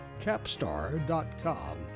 capstar.com